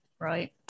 right